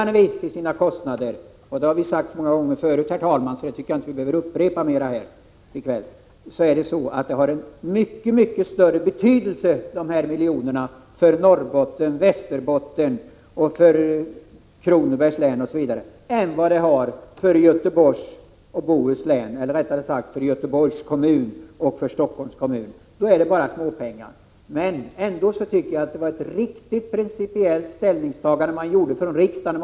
Dessutom har de här miljonerna en mycket större betydelse för Norrbottens län, Västerbottens län, Kronobergs län osv., än för Göteborgs och Stockholms kommuner. För dem är det bara småpengar. Det har vi sagt många gånger förut, herr talman, så det tycker jag inte vi behöver upprepa mera i kväll. Jag tycker ändå att det var ett principiellt riktigt ställningstagande riksdagen gjorde i den första omgången.